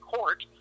Court